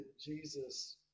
Jesus